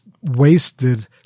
wasted